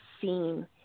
seen